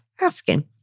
asking